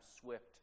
swift